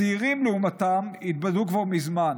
הצעירים, לעומתם, התבדו כבר מזמן.